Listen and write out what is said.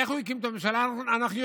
איך הוא הקים את הממשלה אנחנו יודעים.